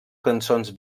cançons